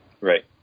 Right